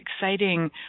exciting